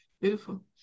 beautiful